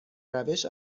روش